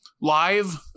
live